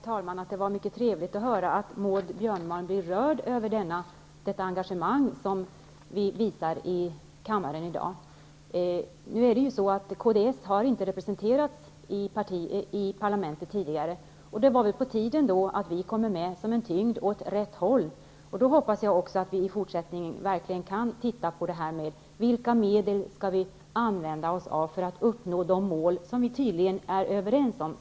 Herr talman! Det var mycket trevligt att höra att Maud Björnemalm är rörd över det engagemang som vi visar här i kammaren i dag. Kds har ju tidigare inte varit representerat i parlamentet. Därför är det väl på tiden att vi kommer med som en tyngd åt rätt håll. Jag hoppas att vi i fortsättningen verkligen kan titta på frågor som gäller vilka medel vi skall använda oss av för att kunna uppnå de mål som vi alla tydligen är överens om.